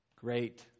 great